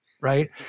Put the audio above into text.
Right